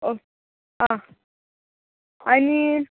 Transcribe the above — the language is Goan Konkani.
ऑक हां आनी